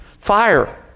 Fire